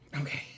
Okay